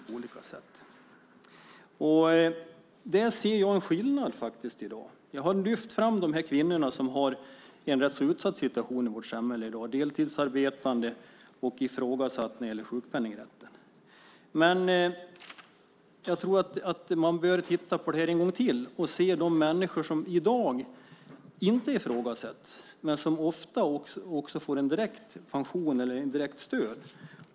Här ser jag att det finns en skillnad i dag. Jag har lyft fram de kvinnor som har en rätt utsatt situation i vårt samhälle i dag, nämligen deltidsarbetande som är ifrågasatta när det gäller sjukpenningrätten. Jag tror att man behöver titta på detta en gång till och se de människor som i dag inte ifrågasätts men som ofta får direkt pension eller direkt stöd.